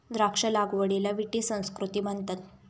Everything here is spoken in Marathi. द्राक्ष लागवडीला विटी संस्कृती म्हणतात